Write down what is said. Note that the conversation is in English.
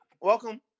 welcome